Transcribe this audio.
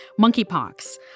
monkeypox